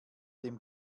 dem